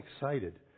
excited